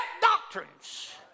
doctrines